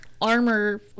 armor